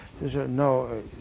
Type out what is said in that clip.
no